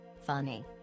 Funny